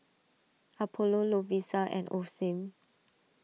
Apollo Lovisa and Osim